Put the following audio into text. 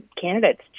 candidates